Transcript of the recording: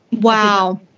wow